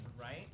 right